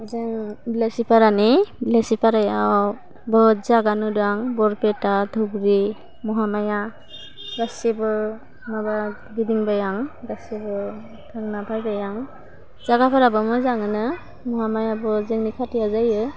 जों बिलासिफारानि बिलासिफारायाव बहुद जागा नुदां बरपेटा धुबरि महामाया गासैबो माबा गिदिंबाय आं गासैबो थांना फायबाय आं जागाफोराबो मोजाङानो महामायाबो जोंनि खाथियाव जायो